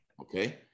okay